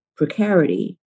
precarity